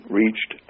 reached